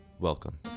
Welcome